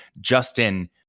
Justin